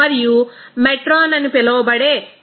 మరియు మెట్రాన్ అని పిలువబడే కొలత